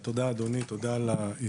(הצגת מצגת) תודה אדוני, תודה על ההזדמנות.